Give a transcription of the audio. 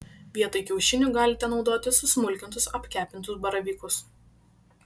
vietoj kiaušinių galite naudoti susmulkintus apkepintus baravykus